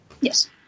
Yes